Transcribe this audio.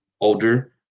older